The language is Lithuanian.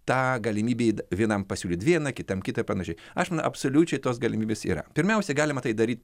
tą galimybę vienam pasiūlyt vieną kitam kitą ir panašiai aš manau absoliučiai tos galimybės yra pirmiausiai galima tai daryt